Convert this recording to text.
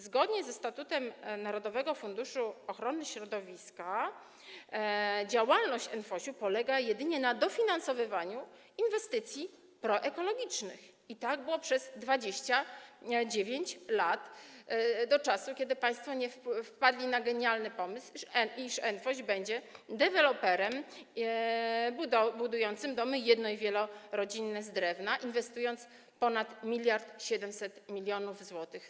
Zgodnie ze statutem narodowego funduszu ochrony środowiska działalność NFOŚ-u polega jedynie na dofinansowywaniu inwestycji proekologicznych, i tak było przez 29 lat - do czasu, kiedy państwo nie wpadli na genialny pomysł, iż NFOŚ będzie deweloperem budującym z drewna domy jedno- i wielorodzinne, inwestując ponad 1700 mln zł.